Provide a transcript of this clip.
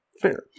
Fair